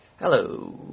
Hello